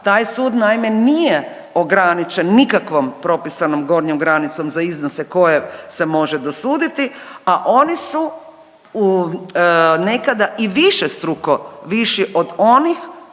Taj sud naime nije ograničen nikakvom propisanom gornjom granicom za iznose koje se može dosuditi, a oni su nekada i višestruko viši od onih